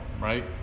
right